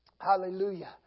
Hallelujah